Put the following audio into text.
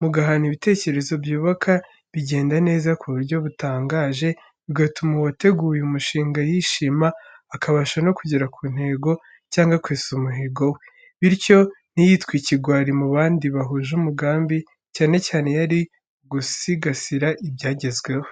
mugahana ibitekerezo byubaka bigenda neza ku buryo butangaje, bigatuma uwateguye umushinga yishima, akabasha no kugera ku ntego cyangwa kwesa umuhigo we, bityo ntiyitwe ikigwari mu bandi bahuje umugambi, cyane cyane iyo ari ugusigasira ibyagezweho.